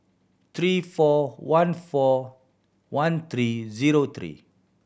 three four one four one three zero three